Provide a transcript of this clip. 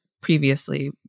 previously